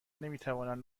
نمیتوانند